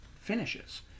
finishes